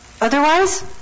Otherwise